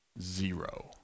zero